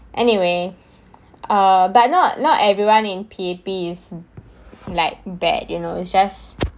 anyway uh but not not everyone in P_A_P is like bad you know it's just